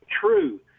true